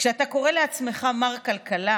כשאתה קורא לעצמך "מר כלכלה",